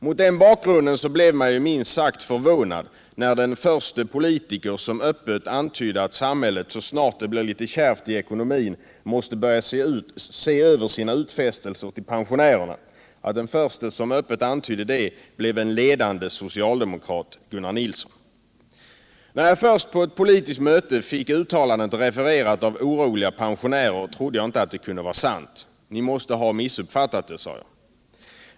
Mot den bakgrunden var det minst sagt förvånande när den första politiker som öppet antydde att samhället så snart det blir litet kärvt i ekonomin måste börja se över sina utfästelser till pensionärerna blev en ledande socialdemokrat — Gunnar Nilsson. 111 När jag först på ett politiskt möte fick uttalandet refererat av oroliga pensionärer, trodde jag inte att det kunde vara sant. Ni måste ha missuppfattat, sade jag.